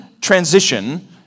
transition